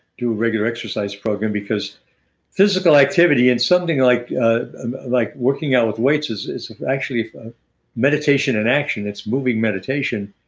do regular exercise program because physical activity in something like like working out with weights is is actually meditation and action. it's moving meditation.